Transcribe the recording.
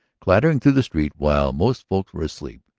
clattering through the street while most folk were asleep,